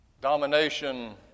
domination